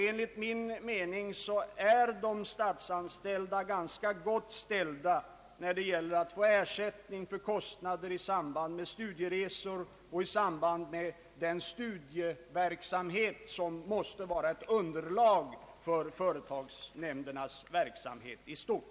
Enligt min mening är de statsanställda ganska väl gynnade när det gäller att få ersättning för kostnader i samband med studieresor och den studieverksamhet som måste vara ett underlag för företagsnämndernas arbete i stort.